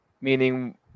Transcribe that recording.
meaning